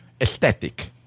aesthetic